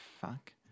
fuck